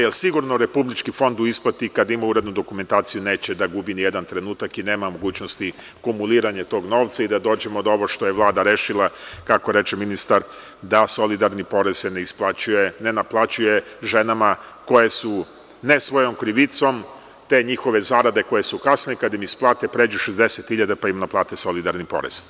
Jer, sigurno da Republički fond u isplati, kad ima urednu dokumentaciju, neće da gubi nijedan trenutak i nema mogućnosti kumuliranja tog novca i da dođemo do ovog što je Vlada rešila, kako reče ministar, da se solidarni porez ne naplaćuje ženama koje su ne svojom krivicom, te njihove zarade koje su kasne, kad im isplate, pređu 60 hiljada pa im naplate solidarni porez.